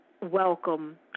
welcome